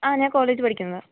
ആ ഞാൻ കോളേജിൽ പഠിക്കുന്നതാണ്